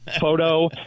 photo